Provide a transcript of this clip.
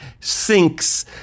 sinks